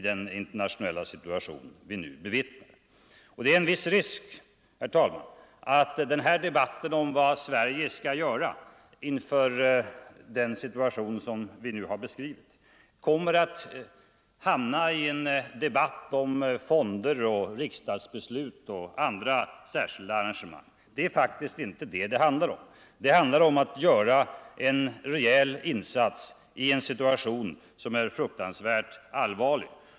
Det finns en viss risk, herr talman, att den här debatten om vad Sverige skall göra, inför den situation vi nu har beskrivit, kommer att hamna i en diskussion om fonder, riksdagsbeslut och andra formaliteter. Det är faktiskt inte det det handlar om, utan det handlar om-att göra en rejäl insats i en situation som är fruktansvärt allvarlig.